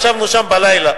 ישבנו שם בלילה.